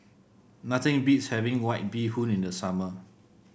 nothing beats having White Bee Hoon in the summer